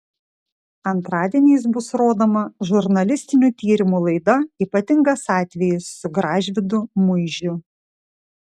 antradieniais bus rodoma žurnalistinių tyrimų laida ypatingas atvejis su gražvydu muižiu